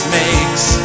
makes